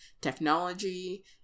Technology